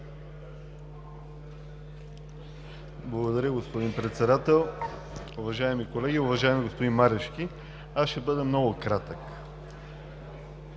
Благодаря, господин Председател. Уважаеми колеги, уважаеми господин Марешки! Аз ще бъда много кратък.